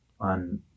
on